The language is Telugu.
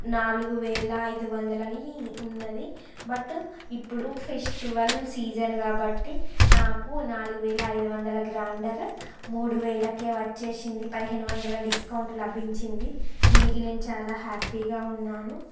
నాలుగు వేల ఐదు వందలు అని ఉన్నది బట్ ఇప్పుడు ఫెస్టివల్ సీజన్ కాబట్టి నాకు నాలుగు వేల ఐదు వందల గ్రైండర్ మూడు వేలకే వచ్చేసింది పదిహేను వందల డిస్కౌంట్ లభించింది దీనికి నేను చాలా హ్యాపీగా ఉన్నాను